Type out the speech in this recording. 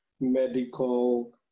medical